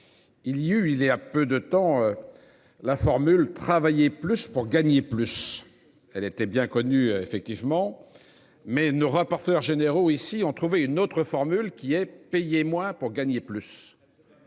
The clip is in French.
Il y a eu il y a peu de temps. La formule travailler plus pour gagner plus. Elle était bien connu, effectivement. Mais nos rapporteurs généraux ici en trouver une autre formule qui est payé moins pour gagner plus.